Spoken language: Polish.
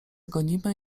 gonimy